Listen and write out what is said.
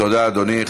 תודה, אדוני.